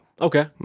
Okay